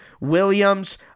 Williams